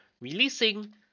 releasing